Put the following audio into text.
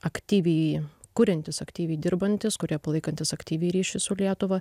aktyviai kuriantys aktyviai dirbantys kurie palaikantys aktyviai ryšius su lietuva